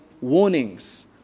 warnings